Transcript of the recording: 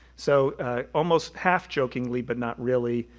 so almost half jokingly, but not really,